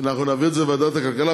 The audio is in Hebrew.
אנחנו נעביר את זה לוועדת הכלכלה,